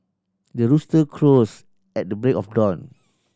the rooster crows at the break of dawn